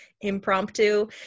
impromptu